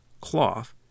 cloth